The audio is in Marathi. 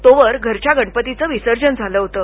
तोवर घरच्या गणपतीचं विसर्जन झालं होतं